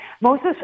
Moses